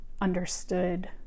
understood